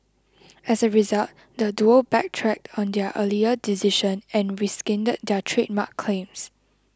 as a result the duo backtracked on their earlier decision and rescinded their trademark claims